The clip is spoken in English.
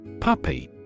Puppy